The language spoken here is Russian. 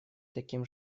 таким